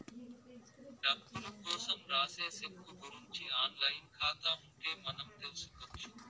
డబ్బులు కోసం రాసే సెక్కు గురుంచి ఆన్ లైన్ ఖాతా ఉంటే మనం తెల్సుకొచ్చు